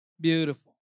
Beautiful